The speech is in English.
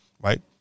right